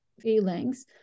feelings